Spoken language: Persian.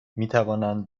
میتوانند